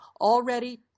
Already